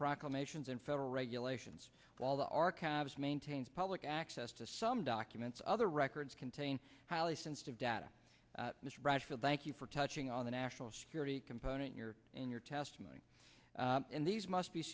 proclamations and federal regulations while the archives maintains public access to some documents other records contain highly sensitive data miss ratchford thank you for touching on the national security component your in your testimony and these must be